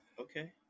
Okay